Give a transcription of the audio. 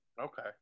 Okay